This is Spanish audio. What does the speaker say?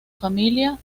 familia